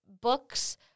books